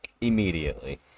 immediately